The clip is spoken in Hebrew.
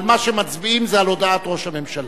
על מה שמצביעים זה על הודעת ראש הממשלה.